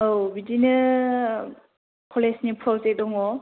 औ बिदिनो कलेजनि प्रजेक्ट दङ